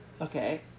Okay